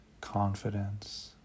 Confidence